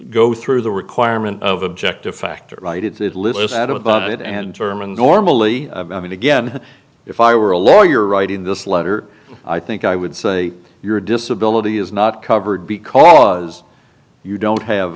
go through the requirement of objective fact right it's list out about it and german normally i mean again if i were a lawyer writing this letter i think i would say your disability is not covered because you don't have